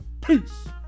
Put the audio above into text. Peace